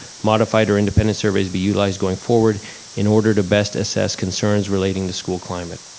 modified, or independent surveys be utilized going forward in order to best assess concerns relating to school climate.